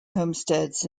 homesteads